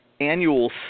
annual